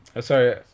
Sorry